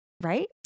right